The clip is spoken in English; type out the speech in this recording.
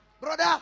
Brother